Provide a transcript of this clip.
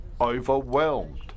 overwhelmed